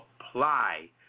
apply